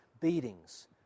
beatings